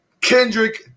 Kendrick